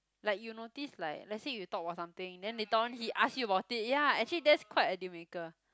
like you notice like let's say you talk about something then later on he ask you about it ya actually that's quite a deal maker